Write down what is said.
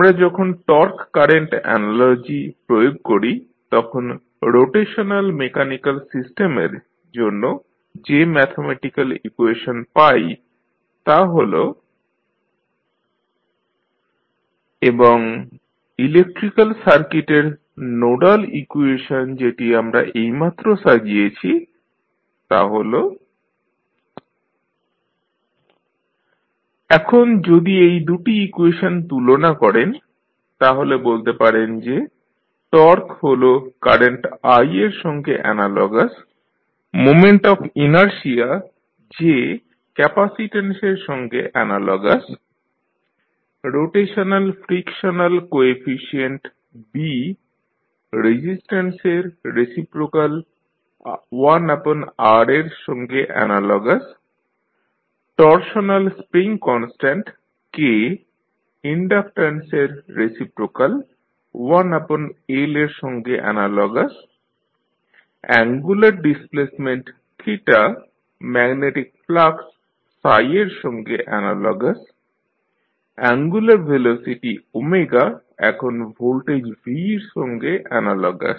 আমরা যখন torque current analogy প্রয়োগ করি তখন রোটেশনাল মেকানিক্যাল সিস্টেমের জন্য যে ম্যাথমেটিক্যাল ইকুয়েশন পাই তা' হল TTJTBTKJd2dt2Bdθdtkθ এবং ইলেকট্রিক্যাল সার্কিটের নোডাল ইকুয়েশন যেটি আমরা এইমাত্র সাজিয়েছি তা' হল iCd2dt21Rdψdt1Lψ এখন যদি এই দু'টি ইকুয়েশন তুলনা করেন তাহলে বলতে পারেন যে টর্ক হল কারেন্ট i এর সঙ্গে analogous moment of inertia J ক্যাপ্যাসিট্যান্সের সঙ্গে analogous rotational frictional coefficient B রেজিস্ট্যান্সের রেসিপ্রোকাল 1R এর সঙ্গে analogous torsional spring constant K ইনডাকট্যান্সের reciprocal 1L এর সঙ্গে analogous angular displacement magnetic flux এর সঙ্গে অ্যানালগাস অ্যাঙ্গুলার ভেলোসিটি এখন ভোল্টেজ V র সঙ্গে অ্যানালগাস